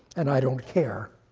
and i don't care.